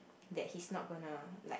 that he's not gonna like